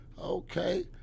okay